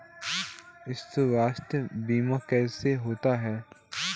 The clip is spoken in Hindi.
स्वास्थ्य बीमा कैसे होता है?